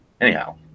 anyhow